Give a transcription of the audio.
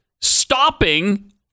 stopping